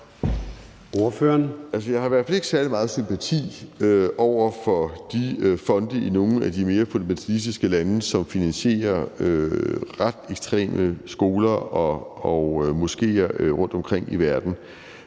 Jeg har i hvert fald ikke særlig meget sympati over for de fonde i nogle af de mere fundamentalistiske lande, som finansierer nogle ret ekstreme skoler og moskéer rundtomkring i verden,